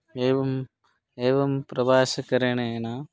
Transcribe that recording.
एवम् एवं प्रवासकरणेन